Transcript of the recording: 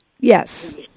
yes